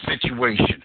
situation